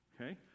Okay